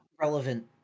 relevant